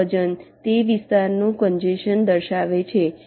આ વજન તે વિસ્તારનું કોંજેશન દર્શાવે છે